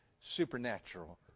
supernatural